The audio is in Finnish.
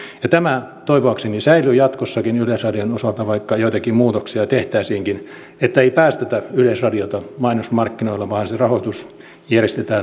ja tämä toivoakseni säilyy jatkossakin yleisradion osalta vaikka joitakin muutoksia tehtäisiinkin että ei päästetä yleisradiota mainosmarkkinoille vaan se rahoitus järjestetään muulla tavoin